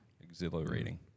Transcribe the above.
Exhilarating